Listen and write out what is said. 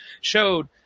showed